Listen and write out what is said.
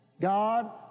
God